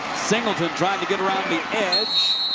singleton. trying to get around the edge.